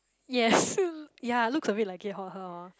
yes ya looks a bit like it hor uh hor